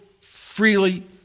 freely